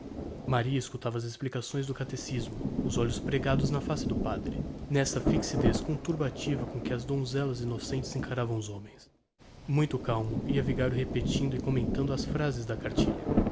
maria escutava as explicações do catecismo os olhos pregados na face do padre n'essa fixidez conturbativa com que as donzellas innocentes encaram os homens muito calmo ia o vigario repetindo e commentando as phrases da cartilha